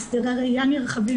הסדרי ראייה נרחבים.